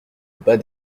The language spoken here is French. bas